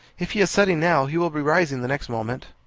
if he is setting now, he will be rising the next moment.